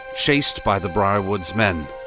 chased by the briarwoods' men.